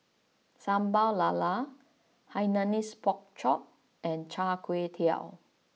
Sambal Lala Hainanese Pork Chop and Char Kway Teow